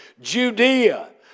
Judea